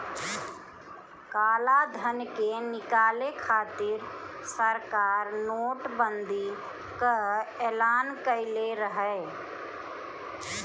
कालाधन के निकाले खातिर सरकार नोट बंदी कअ एलान कईले रहे